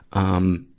um,